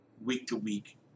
week-to-week